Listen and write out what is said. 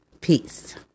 Peace